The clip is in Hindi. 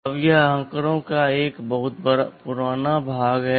अब यह आंकड़ों का एक बहुत पुराना भाग है